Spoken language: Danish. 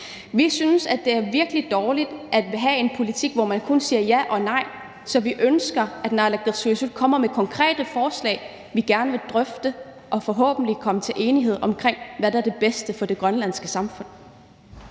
Vi synes, at det er virkelig dårligt at have en politik, hvor man kun siger ja og nej. Så vi ønsker, at naalakkersuisut kommer med konkrete forslag, vi gerne vil drøfte, og vi vil forhåbentlig nå til enighed omkring, hvad der er det bedste for det grønlandske samfund.